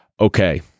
okay